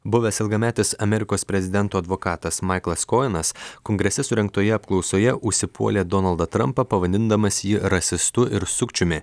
buvęs ilgametis amerikos prezidento advokatas maiklas kojenas kongrese surengtoje apklausoje užsipuolė donaldą trampą pavadindamas jį rasistu ir sukčiumi